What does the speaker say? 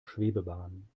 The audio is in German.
schwebebahn